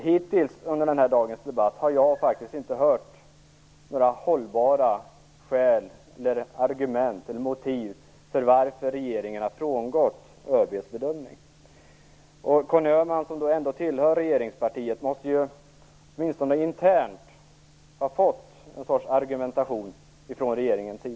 Hittills under dagens debatt har jag inte hört några hållbara argument för eller motiv till varför regeringen har frångått ÖB:s bedömning. Conny Öhman tillhör ändå regeringspartiet. Han måste åtminstone internt ha fått höra någon sorts argumentation från regeringen.